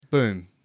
Boom